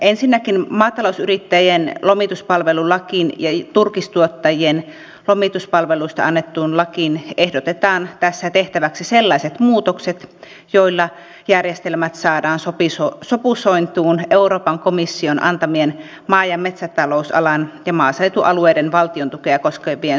ensinnäkin maatalousyrittäjien lomituspalvelulakiin ja turkistuottajien lomituspalveluista annettuun lakiin ehdotetaan tässä tehtäväksi sellaiset muutokset joilla järjestelmät saadaan sopusointuun euroopan komission antamien maa ja metsätalousalan ja maaseutualueiden valtiontukea koskevien suuntaviivojen kanssa